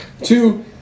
Two